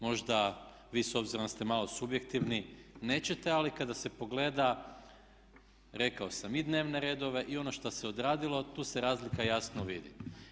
Možda vi s obzirom da ste malo subjektivni nećete ali kada se pogleda rekao sam i dnevne redove i ono što se odradilo tu se razlika jasno vidi.